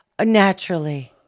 naturally